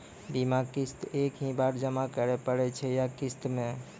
बीमा किस्त एक ही बार जमा करें पड़ै छै या किस्त मे?